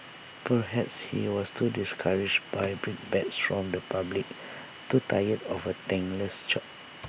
perhaps he was too discouraged by brickbats from the public too tired of A thankless job